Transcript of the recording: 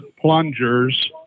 plungers